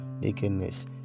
nakedness